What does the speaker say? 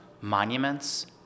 monuments